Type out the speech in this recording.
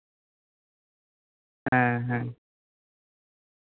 ᱦᱮᱸ ᱦᱮᱸ